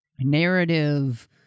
narrative